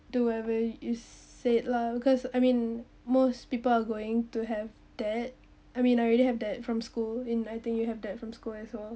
do whatever you said lah because I mean most people are going to have debt I mean I already have debt from school and I think you have debt from school as well